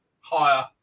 Higher